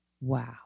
wow